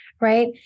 Right